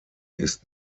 ist